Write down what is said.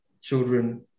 children